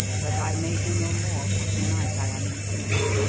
but i may do no more, for to-night i am in haste.